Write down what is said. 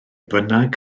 bynnag